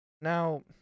Now